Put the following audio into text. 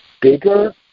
bigger